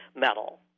metal